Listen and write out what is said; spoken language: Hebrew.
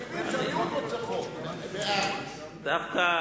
דווקא,